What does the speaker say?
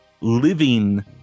living